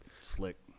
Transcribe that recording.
slick